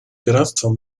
пиратством